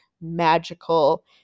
magical